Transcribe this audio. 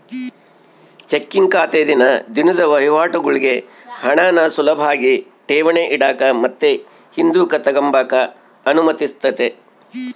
checking ಖಾತೆ ದಿನ ದಿನುದ್ ವಹಿವಾಟುಗುಳ್ಗೆ ಹಣಾನ ಸುಲುಭಾಗಿ ಠೇವಣಿ ಇಡಾಕ ಮತ್ತೆ ಹಿಂದುಕ್ ತಗಂಬಕ ಅನುಮತಿಸ್ತತೆ